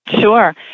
Sure